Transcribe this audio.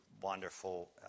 wonderful